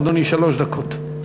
אדוני, שלוש דקות.